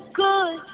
good